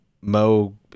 Mo